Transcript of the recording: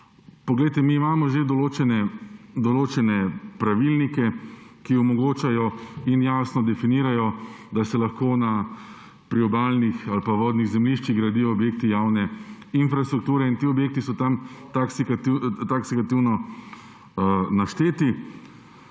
Poglejte, mi imamo že določene pravilnike, ki omogočajo in jasno definirajo, da se lahko na priobalnih ali vodnih zemljiščih gradijo objekti javne infrastrukture in ti objekti so tam taksativno našteti.